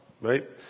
right